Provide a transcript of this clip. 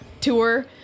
tour